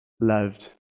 loved